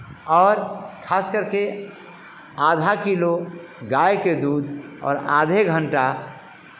और खासकर के आधा किलो गाय के दूध और आधे घंटा